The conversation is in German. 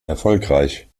erfolgreich